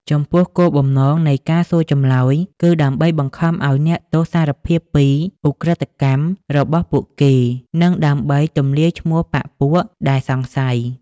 ចំពោះគោលបំណងនៃការសួរចម្លើយគឺដើម្បីបង្ខំឱ្យអ្នកទោសសារភាពពី "ឧក្រិដ្ឋកម្ម" របស់ពួកគេ និងដើម្បីទម្លាយឈ្មោះបក្ខពួកដែលសង្ស័យ។